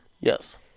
Yes